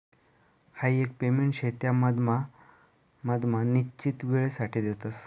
हाई एक पेमेंट शे त्या मधमा मधमा निश्चित वेळसाठे देतस